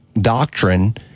doctrine